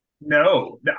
No